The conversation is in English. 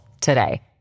today